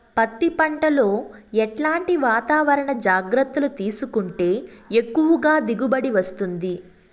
పత్తి పంట లో ఎట్లాంటి వాతావరణ జాగ్రత్తలు తీసుకుంటే ఎక్కువగా దిగుబడి వస్తుంది?